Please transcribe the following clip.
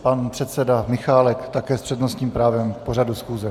Pan předseda Michálek také s přednostním právem k pořadu schůze.